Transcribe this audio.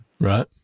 Right